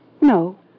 No